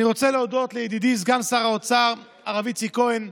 אני רוצה להודות לידידי סגן שר האוצר הרב איציק כהן,